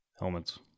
helmets